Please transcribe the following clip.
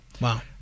Wow